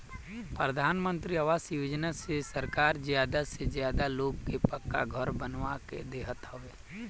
प्रधानमंत्री आवास योजना से सरकार ज्यादा से ज्यादा लोग के पक्का घर बनवा के देत हवे